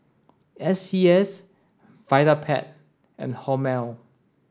S C S Vitapet and Hormel